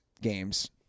games